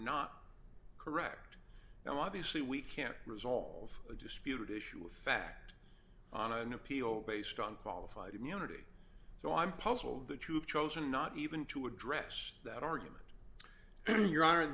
not correct now obviously we can't resolve a disputed issue of fact on an appeal based on qualified immunity so i'm puzzled that you have chosen not even to address that argument